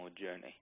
journey